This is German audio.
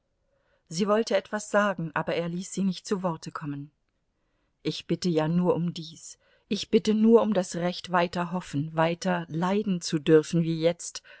sie wollte etwas sagen aber er ließ sie nicht zu worte kommen ich bitte ja nur um dies ich bitte nur um das recht weiter hoffen weiter leiden zu dürfen wie jetzt